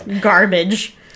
Garbage